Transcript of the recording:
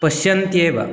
पश्यन्त्येव